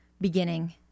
beginning